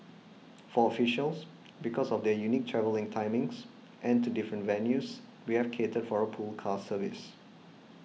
for officials because of their unique travelling timings and to different venues we have catered for a pool car service